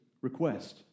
request